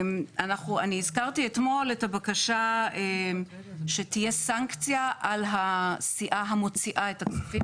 אני הזכרתי אתמול את הבקשה שתהיה סנקציה על הסיעה המוציאה את הכספים,